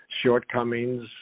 shortcomings